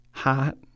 hot